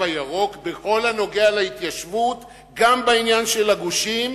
הירוק" בכל הנוגע להתיישבות גם בעניין של הגושים?